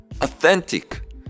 authentic